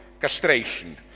castration